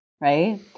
right